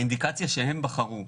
האינדיקציה שהם בחרו,